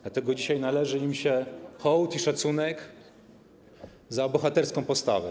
Dlatego dzisiaj należy im się hołd i szacunek za bohaterską postawę.